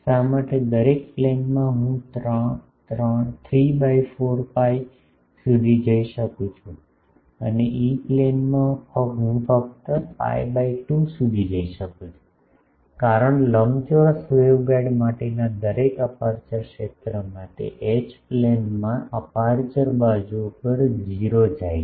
શા માટે દરેક પ્લેનમાં હું 3 by 4 pi સુધી જઇ શકું છું અને ઇ પ્લેનમાં હું ફક્ત pi બાય 2 સુધી જઇ શકું છું કારણ લંબચોરસ વેવગાઇડ માટેના દરેક અપેરચ્યોર ક્ષેત્રમાં તે એચ પ્લેનમાં અપેરચ્યોર બાજુઓ પર 0 જાય છે